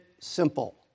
simple